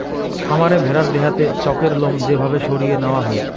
খামারে ভেড়ার দেহাতে চকের লোম যে ভাবে সরিয়ে নেওয়া হই